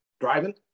driving